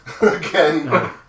Again